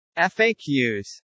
FAQs